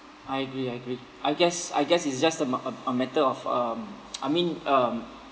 I agree I agree I guess I guess it's just a ma~ a a matter of um I mean um